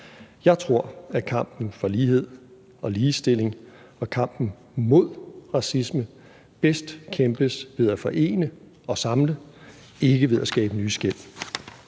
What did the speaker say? Jeg tror, at kampen for lighed og ligestilling og kampen mod racisme bedst kæmpes ved at forene og samle – ikke ved at skabe nye skel.